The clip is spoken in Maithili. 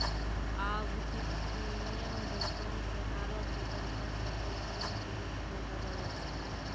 आवधिक प्रीमियम भुगतान सरकारो के तरफो से पेंशनो के रुप मे देलो जाय छै